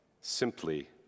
simply